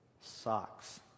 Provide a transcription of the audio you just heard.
socks